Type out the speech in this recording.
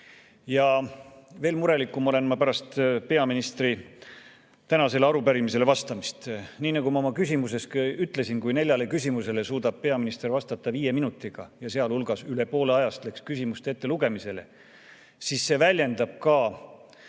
Ja veel murelikum olen ma pärast peaministri vastamist tänasele arupärimisele. Nii nagu ma oma küsimuses ütlesin, kui neljale küsimusele suudab peaminister vastata viie minutiga – ja sealhulgas üle poole ajast läks küsimuste ettelugemisele –, siis see väljendab ka